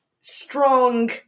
strong